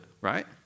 Right